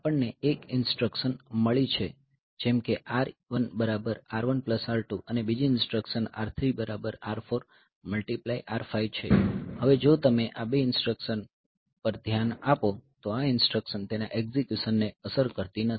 આપણને એક ઇન્સટ્રકશન મળી છે જેમ કે R1R1R2 અને બીજી ઇન્સટ્રકશન R3R4R5 છે હવે જો તમે આ બે ઇન્સટ્રકશન પર ધ્યાન આપો તો આ ઇન્સટ્રકશન તેના એક્ઝિક્યુશન ને અસર કરતી નથી